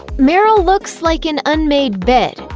meryl looks like an unmade bed,